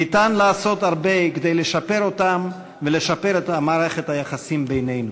ניתן לעשות הרבה כדי לשפר אותם ולשפר את מערכת היחסים בינינו.